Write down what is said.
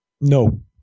No